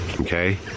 Okay